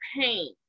pain